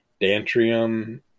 Dantrium